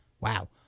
Wow